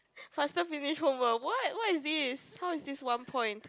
faster finish homework what what is this how is this one point